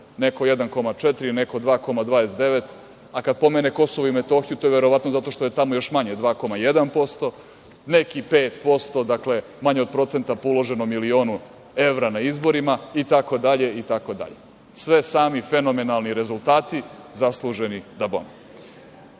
neko 1,4%, a neko 2,29%, a kad pomene KiM, to je verovatno zato što je tamo još manje, 2,1%, neki 5%, dakle manje od procenta po uloženom milionu evra na izborima itd, itd. Sve sami fenomenalni rezultati, zasluženi dabome. Na